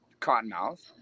cottonmouth